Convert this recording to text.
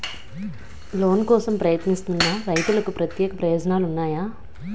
Loan కోసం ప్రయత్నిస్తున్న రైతులకు ప్రత్యేక ప్రయోజనాలు ఉన్నాయా?